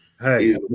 Hey